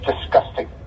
Disgusting